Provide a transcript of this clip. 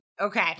Okay